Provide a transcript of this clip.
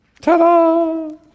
Ta-da